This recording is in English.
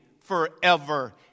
forever